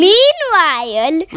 Meanwhile